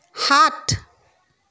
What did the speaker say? সাত